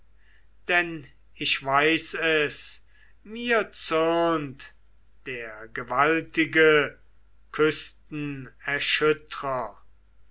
denn ich weiß es mir zürnt der gewaltige küstenerschüttrer als er